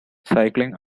cycling